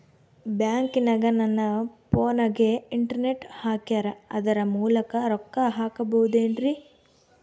ಬ್ಯಾಂಕನಗ ನನ್ನ ಫೋನಗೆ ಇಂಟರ್ನೆಟ್ ಹಾಕ್ಯಾರ ಅದರ ಮೂಲಕ ರೊಕ್ಕ ಹಾಕಬಹುದೇನ್ರಿ?